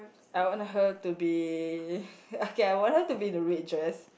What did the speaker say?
I want her to be okay I want her to be in a red dress